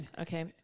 Okay